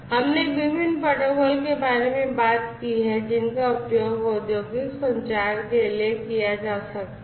हमने विभिन्न प्रोटोकॉल के बारे में बात की है जिनका उपयोग औद्योगिक संचार के लिए किया जा सकता है